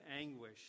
anguish